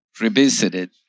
revisited